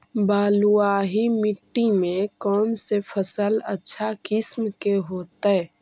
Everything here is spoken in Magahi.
बलुआही मिट्टी में कौन से फसल अच्छा किस्म के होतै?